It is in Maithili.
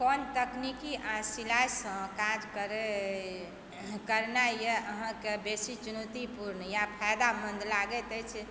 कोन तकनीकी आओर सिलाइसँ काज करैत करनाइ यऽ अहाँके बेसी चुनौतीपूर्ण या फायदामन्द लागैत अछि